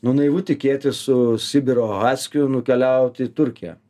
nu naivu tikėtis su sibiro haskiu nukeliaut į turkiją